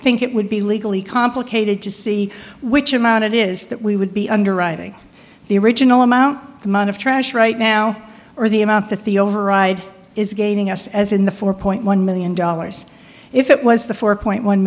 think it would be legally complicated to see which amounted is that we would be underwriting the original amount amount of trash right now or the amount that the override is gaining us as in the four point one million dollars if it was the four point one